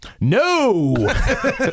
No